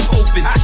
open